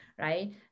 Right